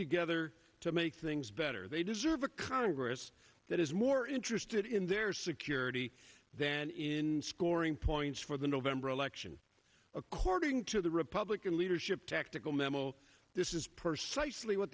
together to make things better they deserve a congress that is more interested in their security than in scoring points for the november election according to the republican leadership tactical memo this is purse eisley what